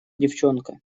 девчонка